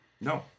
No